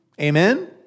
Amen